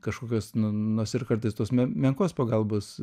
kažkokios nu nors ir kartais tos menkos pagalbos